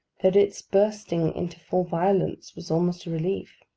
that its bursting into full violence was almost a relief.